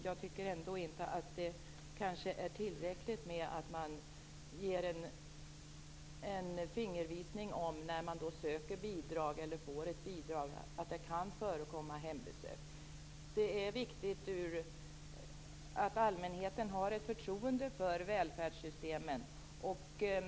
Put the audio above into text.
Jag tycker inte att det är tillräckligt med att man får en fingervisning om att det kan förekomma hembesök när man söker eller får bidrag. Det är viktigt att allmänheten har förtroende för välfärdssystemen.